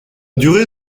durée